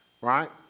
right